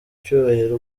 cyubahiro